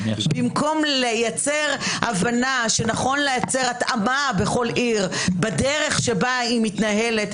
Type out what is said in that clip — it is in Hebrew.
במקום לייצר הבנה שנכון לייצר התאמה בכל עיר לדרך שבה היא מתנהלת.